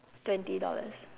twenty dollars